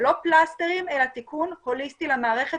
לא פלסטר אלא תיקון הוליסטי למערכת